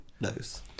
knows